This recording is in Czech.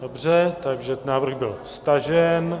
Dobře, takže návrh byl stažen.